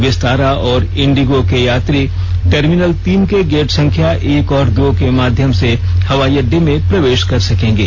विस्तारा और इंडिगो के यात्री टर्मिनल तीन के गेट संख्या एक और दो के माध्यम से हवाई अड्डे में प्रवेश कर सकेंगे